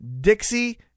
Dixie